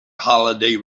holiday